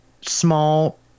small